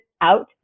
out